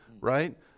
right